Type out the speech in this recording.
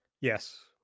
yes